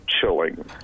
chilling